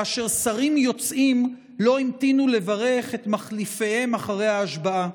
כאשר שרים יוצאים לא המתינו לברך את מחליפיהם אחרי ההשבעה.